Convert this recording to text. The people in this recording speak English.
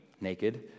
naked